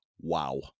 Wow